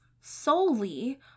solely